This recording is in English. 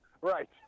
Right